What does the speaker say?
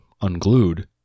unglued